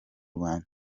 rwanda